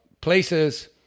places